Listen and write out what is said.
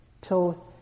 till